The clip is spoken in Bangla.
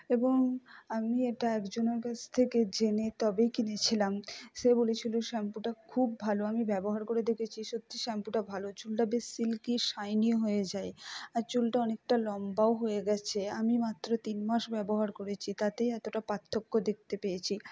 এবং আমি এটা একজনের কাছ থেকে জেনে তবেই কিনেছিলাম সে বলেছিল শ্যাম্পুটা খুব ভালো আমি ব্যাবহার করে দেখেছি সত্যি শ্যাম্পুটা ভালো চুলটা বেশ সিল্কি শাইনিও হয়ে যায় আর চুলটা অনেকটা লম্বাও হয়ে গিয়েছে আমি মাত্র তিন মাস ব্যাবহার করেছি তাতেই এতটা পার্থক্য দেখতে পেয়েছি